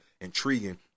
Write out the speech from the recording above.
intriguing